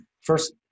first